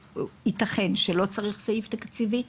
ייתכן שלא צריך סעיף תקציבי.